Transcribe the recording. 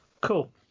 Cool